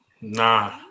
Nah